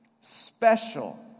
special